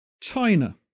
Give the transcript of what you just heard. China